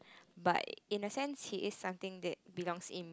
but in a sense he is something that belongs in